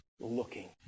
looking